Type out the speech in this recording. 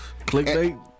clickbait